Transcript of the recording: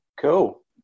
Cool